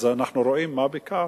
אז אנחנו רואים בזה עניין של מה בכך.